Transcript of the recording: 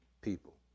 people